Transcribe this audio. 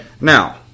Now